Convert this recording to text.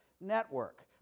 Network